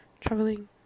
traveling